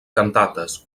cantates